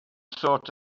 sought